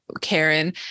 karen